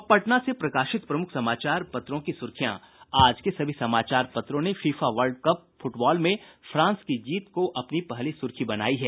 अब पटना से प्रकाशित प्रमुख समाचार पत्रों की सुर्खियां आज के सभी समाचार पत्रों ने फीफा वर्ल्ड कप फुटबॉल में फ्रांस की जीत को अपनी पहली सुर्खी बनायी है